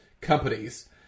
companies